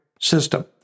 system